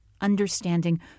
understanding